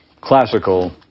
classical